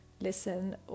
listen